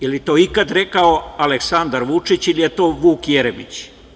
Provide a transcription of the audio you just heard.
Je li to ikad rekao Aleksandar Vučić ili je to Vuk Jeremić?